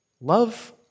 Love